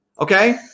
Okay